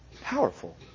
Powerful